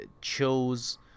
chose